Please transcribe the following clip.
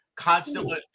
constantly